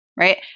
Right